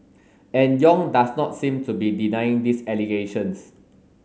and Yong does not seem to be denying these allegations